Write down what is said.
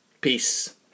Peace